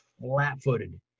flat-footed